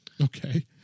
Okay